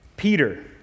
Peter